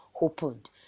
opened